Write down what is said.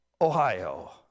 Ohio